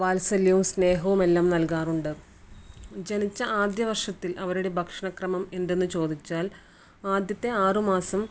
വാത്സല്യവും സ്നേഹവും എല്ലാം നൽകാറുണ്ട് ജനിച്ച ആദ്യ വർഷത്തിൽ അവരുടെ ഭക്ഷണ ക്രമം എന്തെന്ന് ചോദിച്ചാൽ ആദ്യത്തെ ആറുമാസം